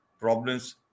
problems